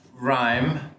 rhyme